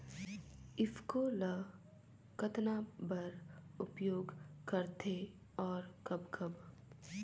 ईफको ल कतना बर उपयोग करथे और कब कब?